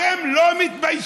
אתם לא מתביישים?